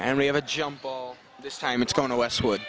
and we have a jumble this time it's going to westwood